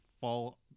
fall